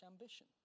ambition